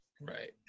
right